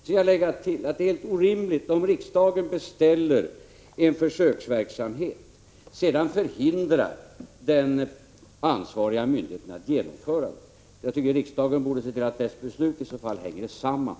Sedan vill jag tillägga att det är orimligt om riksdagen beställer en försöksverksamhet och sedan förhindrar den ansvariga myndigheten att genomföra den. Riksdagen borde se till att dess beslut hänger samman.